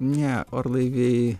ne orlaiviai